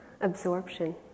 absorption